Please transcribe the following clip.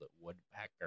woodpecker